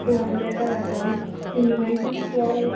two hundred ꯑꯣꯏꯔꯛꯀꯅꯤ delivery charge ꯌꯥꯎꯔꯒ